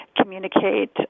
communicate